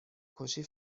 کشی